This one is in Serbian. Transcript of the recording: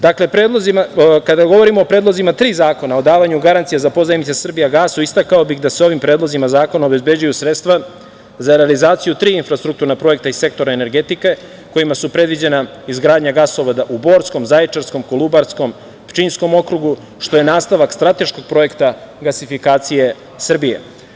Dakle, kada govorimo o predlozima tri zakona o davanju garancije za pozajmice „Srbijagasu“, istakao bih da se ovim predlozima zakona obezbeđuju sredstva za realizaciju tri infrastrukturna projekta iz sektora energetike kojima su predviđena izgradnja gasovoda u Borskom, Zaječarskom, Kolubarskom, Pčinjskom okrugu, što je nastavak strateškog projekta gasifikacije Srbije.